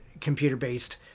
computer-based